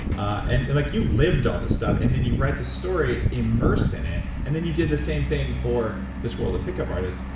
and and like you lived all this stuff and then you write this story immersed in it. and then you did the same thing for this world of pickup artists,